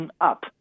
up